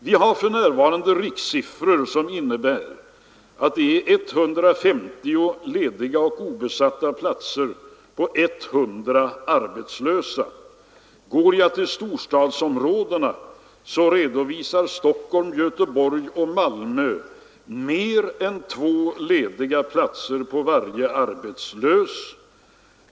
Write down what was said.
Vi har för närvarande rikssiffror som innebär att det finns 150 lediga och obesatta platser på 100 arbetslösa. Bland storstadsområdena redovisar Stockholm, Göteborg och Malmö mer än två lediga platser på varje arbetslös.